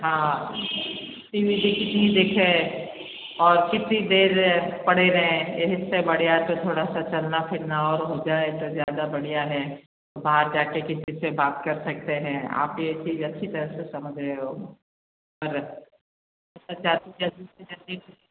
हाँ T V भी कितनी देखें और कितनी देर पड़े रहें इस से बढ़िया तो थोड़ा सा चलना फिरना और हो जाए तो ज़्यादा बढ़िया है बाहर जा कर किसी से बात कर सकते हैं आप ये चीज़ अच्छी तरह से समझ रहे हो